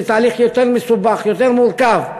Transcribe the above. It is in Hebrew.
זה תהליך יותר מסובך ויותר מורכב,